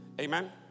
amen